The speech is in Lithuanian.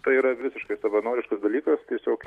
tai yra visiškai savanoriškas dalykas tiesiog